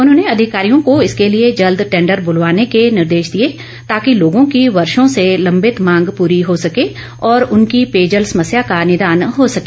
उन्होंने अधिकारियों को इसके लिए जल्द टैंडर बुलवाने के निर्देश दिए ताकि लोगों की वर्षो से लंबित मांग पूरी हो सके और उनकी पेयजल समस्या का निदान हो सके